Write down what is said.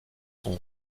son